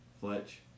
Fletch